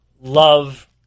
love